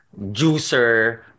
juicer